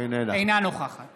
אינה נוכחת